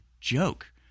joke